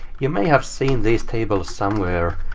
you may have seen these tables somewhere.